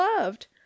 loved